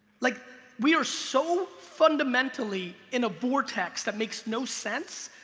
like we are so fundamentally in a vortex that makes no sense,